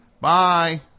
Bye